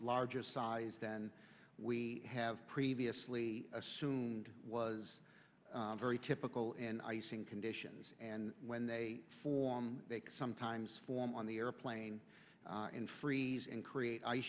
largest size than we have previously assumed was very typical and icing conditions and when they form they sometimes form on the airplane in freezing create ice